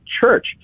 church